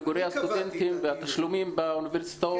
מגורי הסטודנטים והתשלומים באוניברסיטאות.